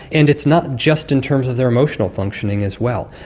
and it's not just in terms of their emotional functioning as well.